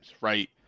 right